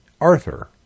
Arthur